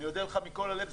אני אודה לך מכל הלב.